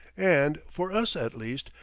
and, for us at least,